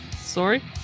Sorry